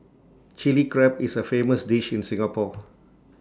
Chilli Crab is A famous dish in Singapore